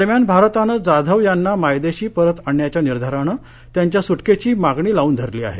दरम्यान भारतानं जाधव यांना मायदेशी परत आणण्याच्या निर्धारानं त्यांच्या सुटकेची मागणी लावून धरली आहे